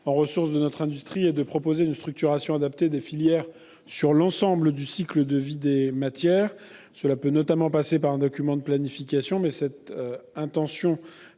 en ressources de notre industrie et de proposer une structuration adaptée des filières sur l'ensemble du cycle de vie des matières. Cela peut notamment passer par un document de planification. Mais cette intention